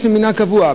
יש להם מנהג קבוע.